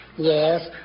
Yes